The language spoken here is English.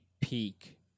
peak